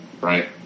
right